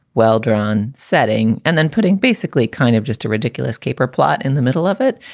well-drawn setting and then putting basically kind of just a ridiculous caper plot in the middle of it.